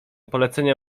polecenia